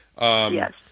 Yes